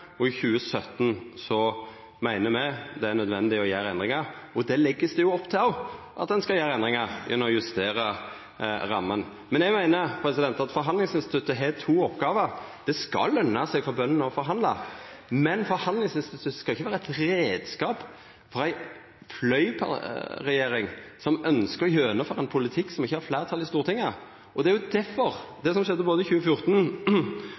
og i 2017 meiner me at det er nødvendig å gjera endringar. Det vert det òg lagt opp til: at ein skal gjera endringar gjennom å justera ramma. Eg meiner at forhandlingsinstituttet har to oppgåver. Det skal løna seg for bøndene å forhandla, men forhandlingsinstituttet skal ikkje vera ein reiskap for ei fløyregjering som ønskjer å gjennomføra ein politikk som ikkje har fleirtal i Stortinget. Det som skjedde både i 2014,